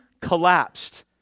collapsed